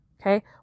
Okay